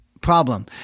problem